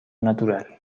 natural